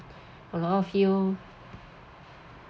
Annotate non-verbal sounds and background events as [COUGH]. [BREATH] a lot of you